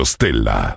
Stella